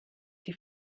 die